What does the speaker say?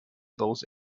those